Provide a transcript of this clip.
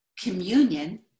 communion